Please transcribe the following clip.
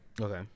Okay